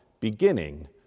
beginning